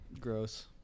gross